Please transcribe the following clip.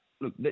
look